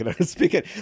speaking